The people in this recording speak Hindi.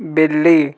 बिल्ली